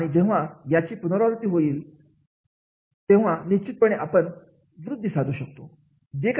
आणि जेव्हा याचे पुनरावृत्ती होईल तेव्हा निश्चितपणे आपण वृद्धि साधू शकतो